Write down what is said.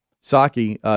Saki